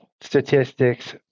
statistics